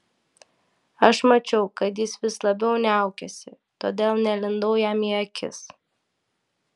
aš mačiau kad jis vis labiau niaukiasi todėl nelindau jam į akis